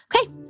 Okay